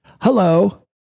hello